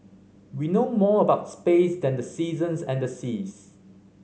we know more about space than the seasons and the seas